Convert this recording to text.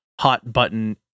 hot-button